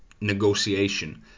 negotiation